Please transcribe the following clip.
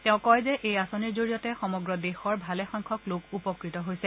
তেওঁ কয় যে এই আঁচনিৰ জৰিয়তে সমগ্ৰ দেশৰ ভালেসংখ্যক লোক উপকৃত হৈছে